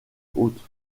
hôte